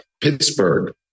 Pittsburgh